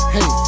Hey